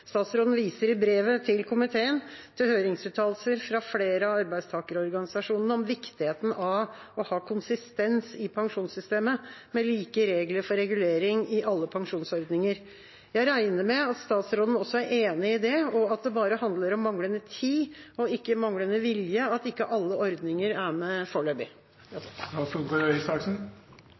Statsråden viser i brevet til komiteen til høringsuttalelser fra flere av arbeidstakerorganisasjonene om viktigheten av å ha konsistens i pensjonssystemet, med like regler for regulering i alle pensjonsordninger. Jeg regner med at statsråden også er enig i det, og at det bare handler om manglende tid og ikke manglende vilje at ikke alle ordninger er med